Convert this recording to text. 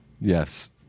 Yes